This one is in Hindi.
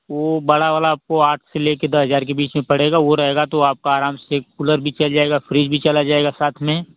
वो बड़ा वाला आपको आठ से लेकर दस हजार के बीच में पड़ेगा वो रहेगा तो आपका आराम से कूलर भी चल जाएगा फ्रिज भी चला जाएगा साथ में